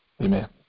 amen